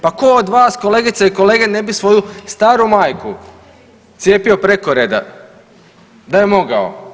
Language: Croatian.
Pa ko od vas kolegice i kolege ne bi svoju staru majku cijepio preko reda da je mogao?